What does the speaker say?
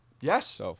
Yes